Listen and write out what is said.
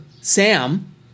sam